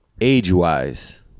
age-wise